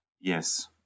Yes